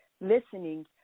listening